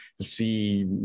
see